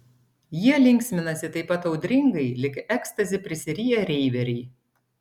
jie linksminasi taip pat audringai lyg ekstazi prisiriję reiveriai